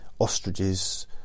ostriches